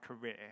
career